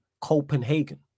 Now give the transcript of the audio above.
Copenhagen